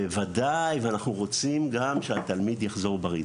בוודאי, אנחנו רוצים גם שהתלמיד יחזור בריא.